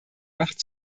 macht